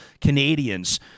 Canadians